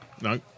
No